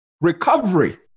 recovery